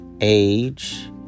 age